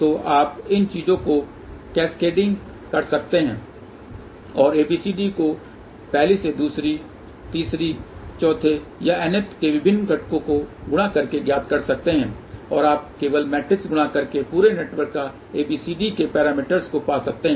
तो आप इन चीजों को कैस्केडिंग कर सकते हैं और ABCD को पहली से दूसरी तीसरे या चौथे या nth के विभिन्न घटक को गुणा करके ज्ञात कर सकते हैं और आप केवल मैट्रिक्स गुणा करके पूरे नेटवर्क का ABCD के पैरामीटर को पा सकते हैं